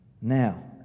Now